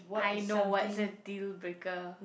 I know what's a dealbreaker